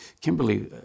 Kimberly